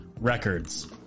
records